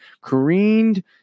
careened